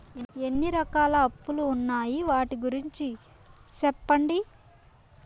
ఎన్ని రకాల అప్పులు ఉన్నాయి? వాటి గురించి సెప్పండి?